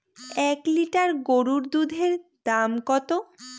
এক লিটার গরুর দুধের দাম কত?